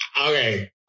okay